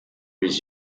was